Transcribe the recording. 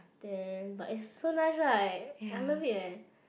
then but it's so nice right I love it eh